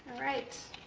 right,